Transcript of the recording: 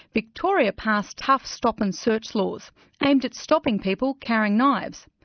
victoria passed tough stop-and-search laws aimed at stopping people carrying knives.